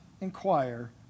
inquire